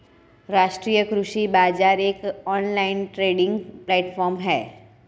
राष्ट्रीय कृषि बाजार एक ऑनलाइन ट्रेडिंग प्लेटफॉर्म है